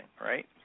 right